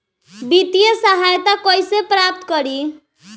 वित्तीय सहायता कइसे प्राप्त करी?